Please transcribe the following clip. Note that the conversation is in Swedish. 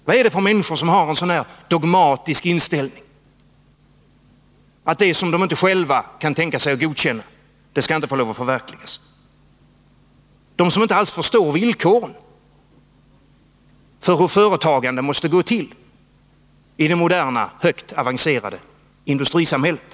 Vad är det för människor som har den dogmatiska inställningen att det som de inte själva kan tänka sig att godkänna inte heller skall få lov att förverkligas? De som inte alls förstår villkoren för hur företagande måste gå till i det moderna, långt avancerade industrisamhället.